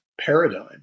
paradigm